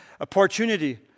Opportunity